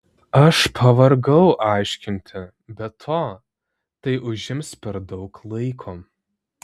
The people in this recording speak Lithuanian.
aš pavargau aiškinti be to tai užims per daug laiko